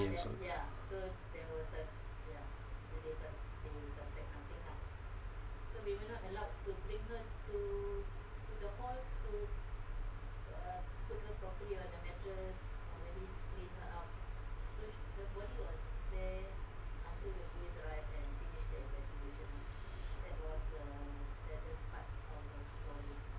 ~ay or something